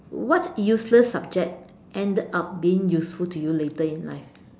what useless subject ends up being useful to you later in life